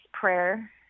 prayer